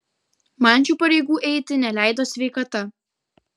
man šių pareigų eiti neleido sveikata